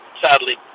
sadly